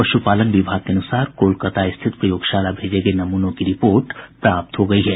पशुपालन विभाग के अनुसार कोलकता स्थित प्रयोगशाला भेजे गये नमूनों की रिपोर्ट प्राप्त हो गयी है